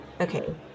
okay